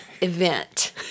event